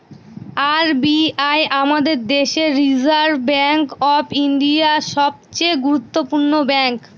R B I আমাদের দেশের reserve bank of India, সবচে গুরুত্বপূর্ণ ব্যাঙ্ক